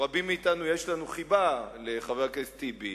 לרבים מאתנו יש חיבה לחבר הכנסת טיבי,